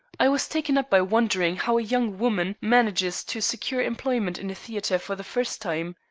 i was taken up by wondering how a young woman manages to secure employment in a theatre for the first time.